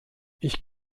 ich